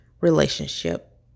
relationship